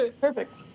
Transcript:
perfect